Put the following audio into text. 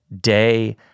day